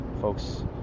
Folks